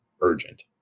urgent